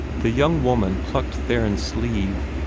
the young woman plucked theron's sleeve,